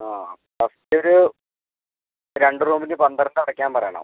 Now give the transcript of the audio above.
ആ ഫസ്റ്റ് ഒരു രണ്ട് റൂമിൽ പന്ത്രണ്ട് അടക്കാൻ പറയണം